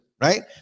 right